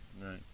Right